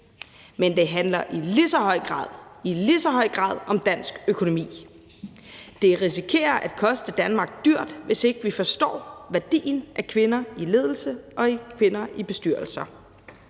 men det handler i lige så høj grad om dansk økonomi. Det risikerer at koste Danmark dyrt, hvis ikke vi forstår værdien af kvinder i ledelse og kvinder i bestyrelser.